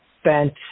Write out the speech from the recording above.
spent